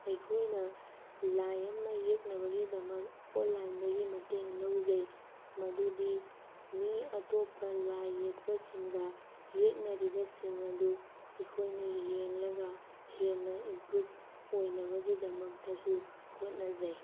ꯑꯩꯈꯣꯏꯅ ꯂꯥꯏ ꯑꯃ ꯌꯦꯛꯅꯕꯒꯤꯗꯃꯛ ꯑꯣꯟꯂꯥꯏꯟꯗꯒꯤ ꯃꯇꯦꯡ ꯂꯧꯖꯩ ꯃꯗꯨꯗꯤ ꯃꯤ ꯑꯇꯣꯞꯄ ꯂꯥꯏ ꯌꯦꯛꯄꯁꯤꯡꯒ ꯌꯦꯛꯅꯔꯤꯕꯁꯤꯡ ꯑꯗꯨ ꯑꯩꯈꯣꯏꯅ ꯌꯦꯡꯂꯒ ꯍꯦꯟꯅ ꯏꯝꯄ꯭ꯔꯨꯞ ꯑꯣꯏꯅꯕꯒꯤꯗꯃꯛꯇꯁꯨ ꯍꯣꯠꯅꯖꯩ